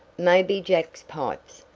maybe jack's pipes.